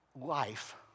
life